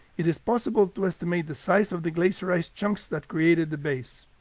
it is possible to estimate the size of the glacier ice chunks that created the bays.